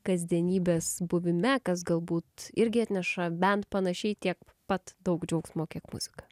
kasdienybės buvime kas galbūt irgi atneša bent panašiai tiek pat daug džiaugsmo kiek muzika